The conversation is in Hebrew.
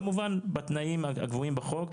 כמובן בתנאים הגבוהים בחוק,